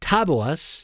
Taboas